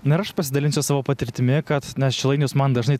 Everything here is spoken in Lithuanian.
na ir aš pasidalinsiu savo patirtimi kad nes šilainius man dažnai